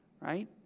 right